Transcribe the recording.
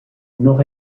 nord